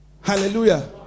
Hallelujah